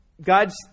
God's